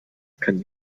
kann